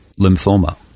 lymphoma